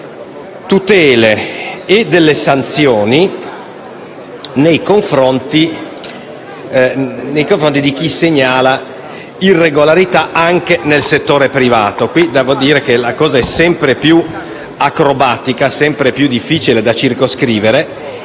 previste tutele e sanzioni nei confronti di chi segnala irregolarità anche nel settore privato. Devo dire che in questo caso la norma è sempre più acrobatica e sempre più difficile da circoscrivere.